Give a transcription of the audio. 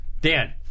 Dan